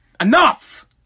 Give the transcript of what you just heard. Enough